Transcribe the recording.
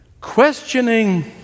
questioning